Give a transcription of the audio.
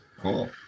Cool